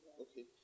Okay